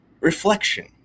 reflection